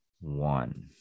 one